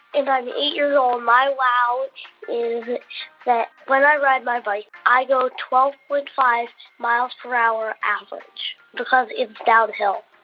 and i'm eight years old. my wow is that when i ride my bike, i go twelve point five miles per hour average because it's downhill.